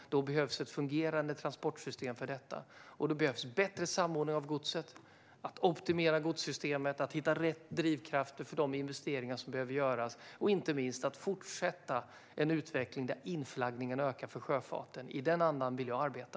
För detta behövs ett fungerade transportsystem, och då behövs det bättre samordning av godset, att man optimerar godssystemet och hittar rätt drivkrafter för de investeringar som behöver göras och inte minst att man fortsätter en utveckling där inflaggningen ökar för sjöfarten. I den andan vill jag arbeta.